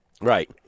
Right